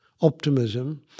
optimism